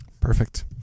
Perfect